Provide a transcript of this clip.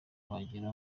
kuhagera